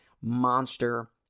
monster